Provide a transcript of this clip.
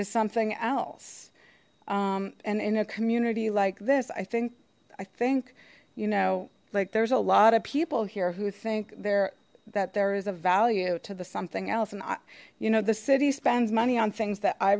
is something else and in a community like this i think i think you know like there's a lot of people here who think there that there is a value to the something else not you know the city spends money on things that i